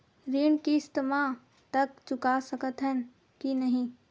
ऋण किस्त मा तक चुका सकत हन कि नहीं?